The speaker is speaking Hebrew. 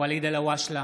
ואליד אלהואשלה,